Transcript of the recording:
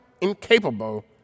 incapable